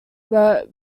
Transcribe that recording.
wrote